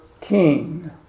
king